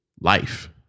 life